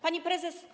Pani Prezes!